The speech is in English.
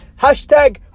Hashtag